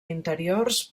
interiors